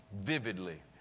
vividly